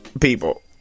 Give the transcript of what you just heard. people